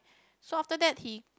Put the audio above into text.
so after that he